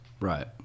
Right